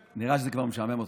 נראה שזה כבר משעמם אותך.